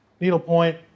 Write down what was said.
needlepoint